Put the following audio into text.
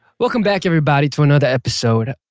welcome back everybody to another episode